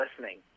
listening